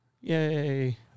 yay